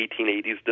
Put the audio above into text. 1880s